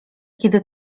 kiedy